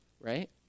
right